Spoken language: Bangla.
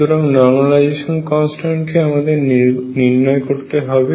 সুতরাং নরমালাইজেশন কনস্ট্যান্ট কে আমাদের নির্ণয় করতে হবে